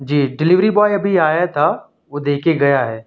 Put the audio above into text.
جی delivery boy ابھی آیا تھا وہ دے کے گیا ہے